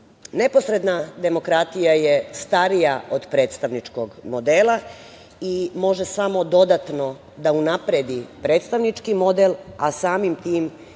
nedostatke. Neposredna demokratija je starija od predstavničkog modela i može samo dodatno da unapredi predstavnički model, a samim tim i naš